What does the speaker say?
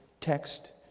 text